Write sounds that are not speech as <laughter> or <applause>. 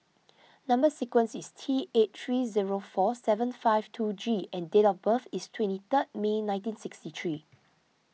<noise> Number Sequence is T eight three zero four seven five two G and date of birth is twenty third May nineteen sixty three